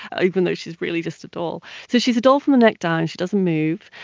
ah even though she is really just a doll. so she is a doll from the neck down, she doesn't move,